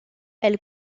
elle